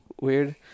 weird